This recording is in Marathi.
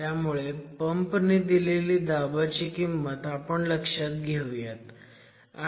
त्यामुळे पंप ने दिलेली दाबाची किंमत आपण लक्षात घेऊयात